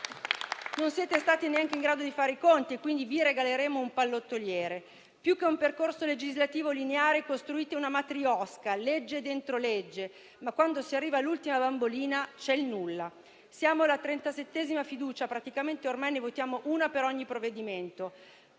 Non siete stati neanche in grado di fare i conti e quindi vi regaleremo un pallottoliere. Più che un percorso legislativo lineare, costruite una *matrioska*, con una legge dentro l'altra ma, quando si arriva all'ultima bambolina, c'è il nulla. Siamo alla trentasettesima fiducia, praticamente ormai ne votiamo una per ogni provvedimento.